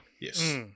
Yes